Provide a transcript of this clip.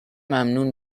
ممنون